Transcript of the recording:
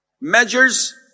measures